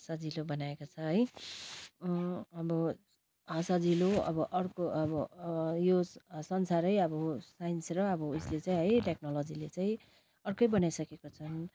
सजिलो बनाएको छ है अब सजिलो अब अर्को अब यो संसारै अब साइन्स र अब उयोसले चाहिँ है टेक्नोलोजीले चाहिँ अर्कै बनाइसकेको छन्